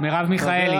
מרב מיכאלי,